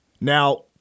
now